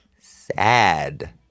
Sad